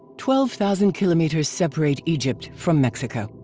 twelve thousand kilometers separate egypt from mexico.